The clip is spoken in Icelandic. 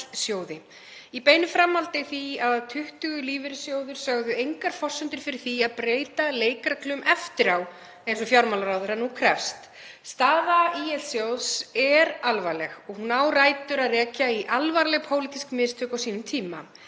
í beinu framhaldi af því að 20 lífeyrissjóðir sögðu engar forsendur fyrir því að breyta leikreglum eftir á eins og fjármálaráðherra nú krefst. Staða ÍL-sjóðs er alvarleg og hún á rætur að rekja í alvarleg pólitísk mistök á sínum tíma